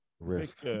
Risk